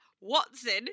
Watson